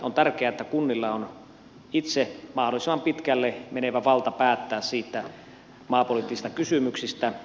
on tärkeää että kunnilla on itsellään mahdollisimman pitkälle menevä valta päättää maapoliittisista kysymyksistä